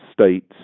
states